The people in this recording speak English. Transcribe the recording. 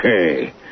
Okay